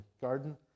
garden